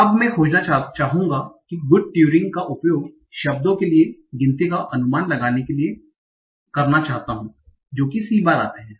अब मैं खोजना चाहता हूं कि मैं गुड ट्यूरिंग का उपयोग शब्दों के लिए गिनती का अनुमान लगाने के लिए करना चाहता हूं जो कि c बार आते हैं